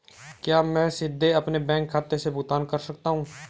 क्या मैं सीधे अपने बैंक खाते से भुगतान कर सकता हूं?